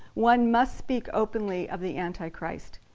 one must speak openly of the antichrist.